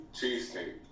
cheesecake